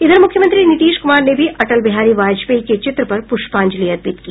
इधर मुख्यमंत्री नीतीश कुमार ने भी अटल बिहारी वाजपेयी के चित्र पर प्रष्पांजलि अर्पित की